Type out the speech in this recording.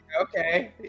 Okay